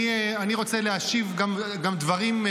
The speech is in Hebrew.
אני רוצה להשיב גם דברים,